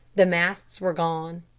the masts were gone.